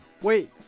Wait